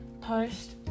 post